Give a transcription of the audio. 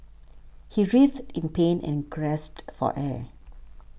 he writhed in pain and gasped for air